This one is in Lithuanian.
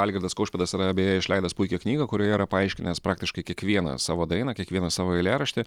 algirdas kaušpėdas yra beje išleidęs puikią knygą kurioje yra paaiškinęs praktiškai kiekvieną savo dainą kiekvieną savo eilėraštį